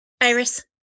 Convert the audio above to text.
iris